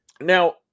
now